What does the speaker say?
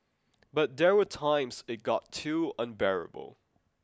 but there were times it got too unbearable